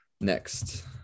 next